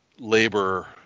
labor